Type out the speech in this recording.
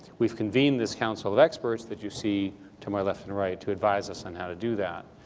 we've convened this council of experts that you see to my left and right to advise us on how to do that.